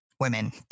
women